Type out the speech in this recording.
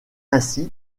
ainsi